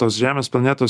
tos žemės planetos